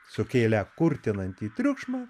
sukėlę kurtinantį triukšmą